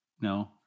No